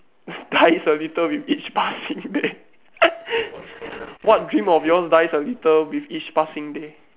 dies a little with each passing day what dream of yours dies a little with each passing day